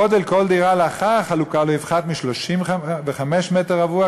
גודל כל דירה לאחר החלוקה לא יפחת מ-35 מטר רבוע,